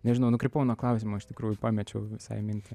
nežinau nukrypau nuo klausimo iš tikrųjų pamečiau visai mintį